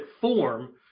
form